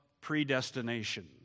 predestination